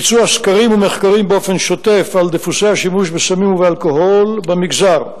ביצוע סקרים ומחקרים באופן שוטף על דפוסי השימוש בסמים ובאלכוהול במגזר.